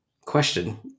question